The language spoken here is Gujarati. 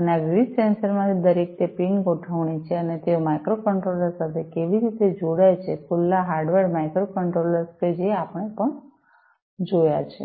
અને આ વિવિધ સેન્સરમાંથી દરેક તે પિન ગોઠવણી છે અને તેઓ માઇક્રોકન્ટ્રોલર્સ સાથે કેવી રીતે જોડાય છે ખુલ્લા હાર્ડવેર માઇક્રોકન્ટ્રોલર્સ કે જે આપણે પણ જોયા છે